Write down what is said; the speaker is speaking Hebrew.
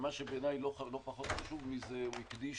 מה שבעיני לא פחות חשוב זה שהוא הקדיש